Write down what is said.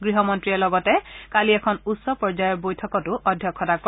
গৃহমন্ত্ৰীয়ে লগতে কালি এখন উচ্চ পৰ্য্যায়ৰ বৈকতো অধ্যক্ষতা কৰে